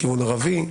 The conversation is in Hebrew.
מכיוון ערבי,